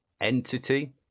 entity